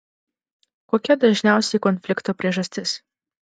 kokia dažniausiai konflikto priežastis